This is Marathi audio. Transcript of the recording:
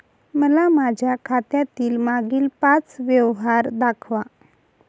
मला माझ्या खात्यातील मागील पांच व्यवहार दाखवा